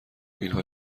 اینها